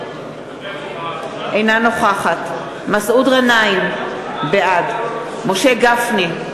אינה נוכחת מסעוד גנאים, בעד משה גפני,